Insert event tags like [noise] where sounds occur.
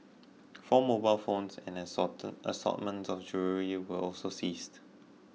four mobile phones and an [unintelligible] assortment of jewellery [unintelligible] were also seized